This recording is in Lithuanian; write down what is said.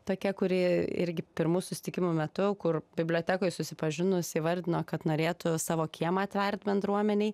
tokia kuri irgi pirmų susitikimų metu kur bibliotekoj susipažinus įvardino kad norėtų savo kiemą atvert bendruomenei